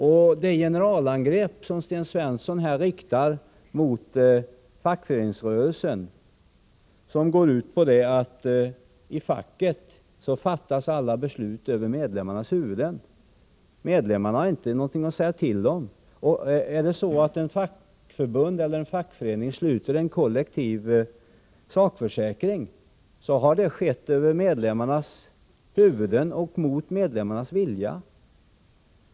Sten Svensson riktar mot fackföreningsrörelsen ett generalangrepp, som går ut på att alla beslut i fackföreningarna fattas över medlemmarnas huvuden, att medlemmarna inte har någonting att säga till om. Om en fackförening sluter avtal om en kollektiv sakförsäkring, skulle det alltså ha skett över medlemmarnas huvuden och mot deras vilja.